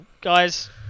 guys